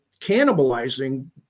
cannibalizing